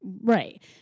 right